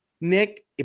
Nick